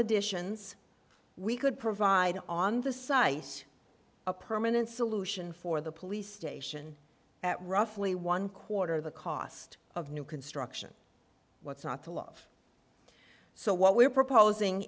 additions we could provide on the size a permanent solution for the police station at roughly one quarter of the cost of new construction what's not to love so what we're proposing